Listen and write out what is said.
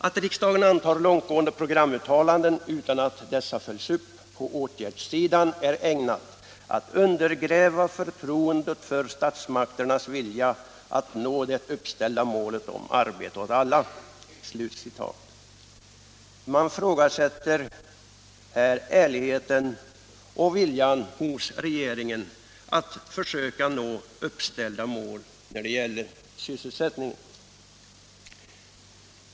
Att riksdagen antar långtgående programuttalanden utan att dessa följs upp på åtgärdssidan är ägnat att undergräva förtroendet för statsmakternas vilja att nå det uppställda målet om arbete åt alla.” Man ifrågasätter här ärligheten och viljan hos regeringen att försöka nå uppställda mål när det gäller sysselsättningen!